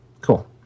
Cool